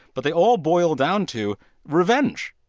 but they all boiled down to revenge